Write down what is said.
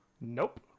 Nope